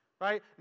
Right